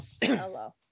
hello